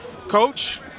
Coach